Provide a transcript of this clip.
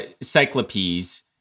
Cyclopes